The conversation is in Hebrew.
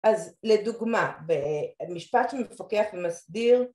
אז לדוגמה, במשפט שמפקח ומסדיר